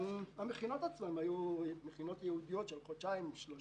גם המכינות עצמן היו ייעודיות של חודשיים-שלושה.